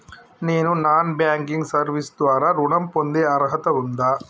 నేను non banking service ద్వారా ఋణం పొందే అర్హత ఉందా?